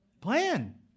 plan